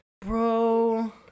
Bro